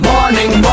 Morning